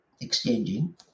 exchanging